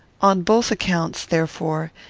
on both accounts, therefore,